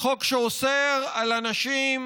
חוק שאוסר על אנשים